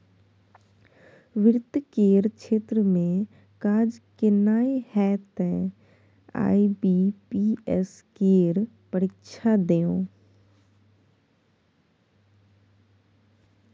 वित्त केर क्षेत्र मे काज केनाइ यै तए आई.बी.पी.एस केर परीक्षा दियौ